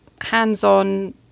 hands-on